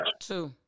Two